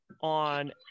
on